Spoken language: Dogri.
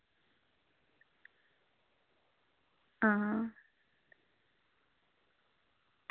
हां